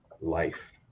life